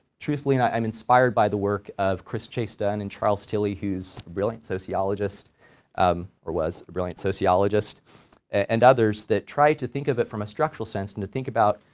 truthfully, and i'm inspired by the work of chris chase-dunn and charles tilly who's a brilliant sociologist or was a brilliant sociologist and others that try to think of it from a structural sense and to think about,